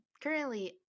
Currently